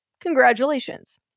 Congratulations